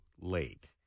late